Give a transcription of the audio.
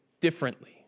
differently